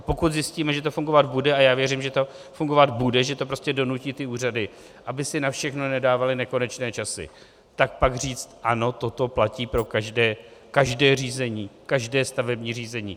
Pokud zjistíme, že to fungovat bude, a já věřím, že to fungovat bude, že to prostě donutí ty úřady, aby si na všechno nedávaly nekonečné časy, tak pak říct: ano, toto platí pro každé řízení, každé stavební řízení.